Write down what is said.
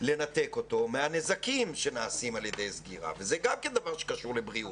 לנתק אותו מהנזקים שנגרמים מהסגירה וזה גם כן דבר שקשור לבריאות.